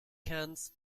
cannes